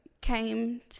came